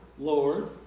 Lord